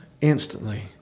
instantly